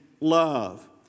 love